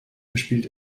verspielt